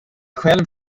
själv